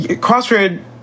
Crossroad